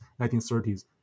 1930s